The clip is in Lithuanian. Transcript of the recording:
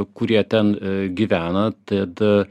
kurie ten gyvena tad